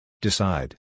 Decide